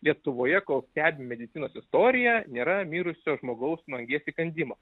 lietuvoje kol stebi medicinos istorija nėra mirusio žmogaus nuo angies įkandimo